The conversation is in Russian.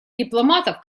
дипломатов